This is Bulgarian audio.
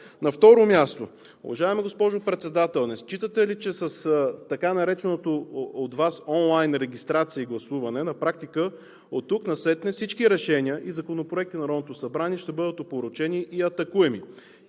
На второ място, уважаема госпожо Председател, не считате ли, че с така наречената от Вас онлайн регистрация и гласуване на практика оттук насетне всички решения и законопроекти на Народното събрание ще бъдат опорочени и атакуеми?